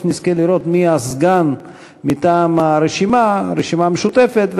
נזכה לראות מי הסגן מטעם הרשימה המשותפת,